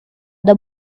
the